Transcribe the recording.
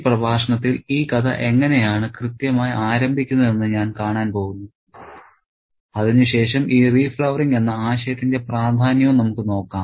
ഈ പ്രഭാഷണത്തിൽ ഈ കഥ എങ്ങനെയാണ് കൃത്യമായി ആരംഭിക്കുന്നതെന്ന് ഞാൻ കാണാൻ പോകുന്നു അതിനുശേഷം ഈ റീഫ്ലവറിങ് എന്ന ആശയത്തിന്റെ പ്രാധാന്യവും നമുക്ക് നോക്കാം